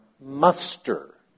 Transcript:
muster